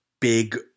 big